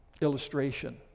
Illustration